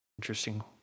Interesting